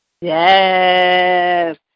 Yes